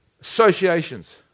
Associations